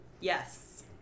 Yes